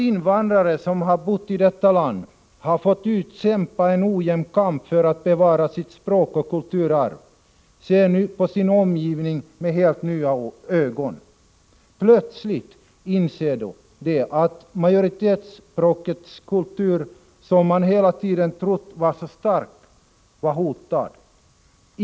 Invandrare som bor i detta land och som har fått utkämpa en ojämn kamp för att bevara sitt språk och kulturarv ser nu på sin omgivning med helt nya ögon. Plötsligt inser de att majoritetsspråkets kultur, som man hela tiden trott vara så stark, är hotad.